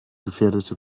gefährdete